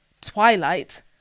Twilight